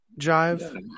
jive